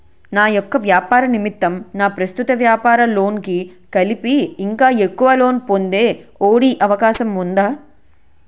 నా యెక్క వ్యాపార నిమిత్తం నా ప్రస్తుత వ్యాపార లోన్ కి కలిపి ఇంకా ఎక్కువ లోన్ పొందే ఒ.డి అవకాశం ఉందా?